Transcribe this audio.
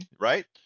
right